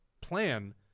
plan